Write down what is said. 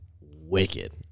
wicked